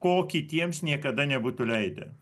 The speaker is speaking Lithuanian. ko kitiems niekada nebūtų leidę